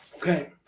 Okay